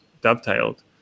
dovetailed